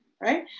right